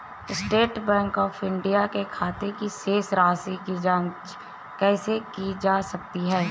State bank of India के खाते की शेष राशि की जॉंच कैसे की जा सकती है?